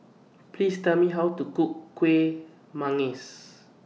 Please Tell Me How to Cook Kueh